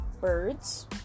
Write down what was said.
birds